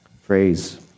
phrase